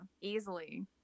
easily